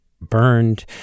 burned